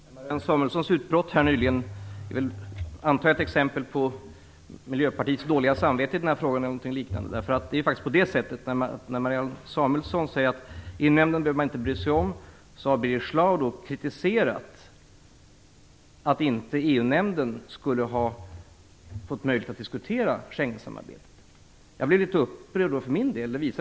Herr talman! Jag antar att Marianne Samuelssons utbrott här nyligen är ett exempel på Miljöpartiets dåliga samvete i den här frågan. Marianne Samuelsson sade att man inte behövde bry sig om nämnden. Men Birger Schlaug har kritiserat att EU-nämnden inte skulle ha fått möjlighet att diskutera Schengensamarbetet. Det gör mig för min del litet upprörd.